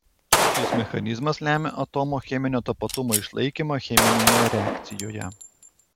šis mechanizmas lemia atomo cheminio tapatumo išlaikymą cheminėje reakcijoje